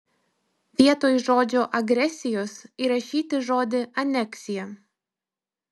vietoj žodžio agresijos įrašyti žodį aneksija